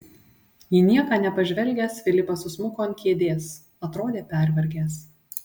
į nieką nepažvelgęs filipas susmuko ant kėdės atrodė pervargęs